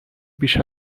بیش